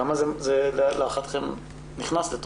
כמה זה להערכתם נכנס?